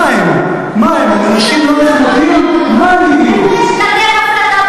איפה יש בעולם, איפה יש בעולם